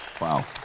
wow